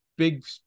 big